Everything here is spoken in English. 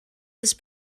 this